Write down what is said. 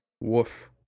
Woof